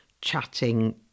chatting